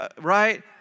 Right